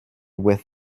with